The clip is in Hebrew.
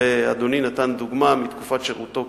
ואדוני נתן דוגמה מתקופת שירותו